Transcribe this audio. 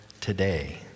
today